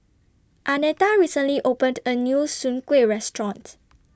Annetta recently opened A New Soon Kuih Restaurant